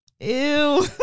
ew